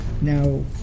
Now